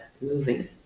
moving